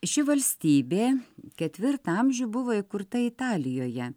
ši valstybė ketvirtą amžių buvo įkurta italijoje